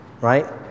right